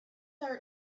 our